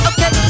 Okay